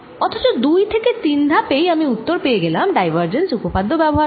অথচ দুই থেকে তিন ধাপেই আমি উত্তর পেয়ে গেলাম ডাইভারজেন্স উপপাদ্য ব্যবহার করে